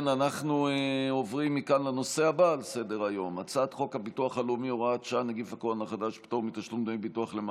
אנחנו, איך אומרים, הצמיד הוא ליד אבל אנחנו עם